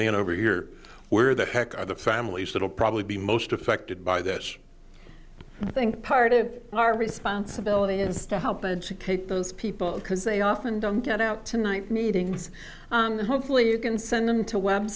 man over here where the heck are the families that will probably be most affected by this i think part of our responsibility is to help educate those people because they often don't get out to night meetings hopefully you can send them to web